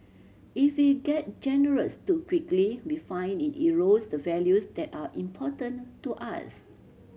if we get generous too quickly we find it erodes the values that are important to us